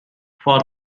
for